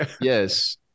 Yes